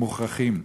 מוכרחים: